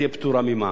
תהיה פטורה ממע"מ.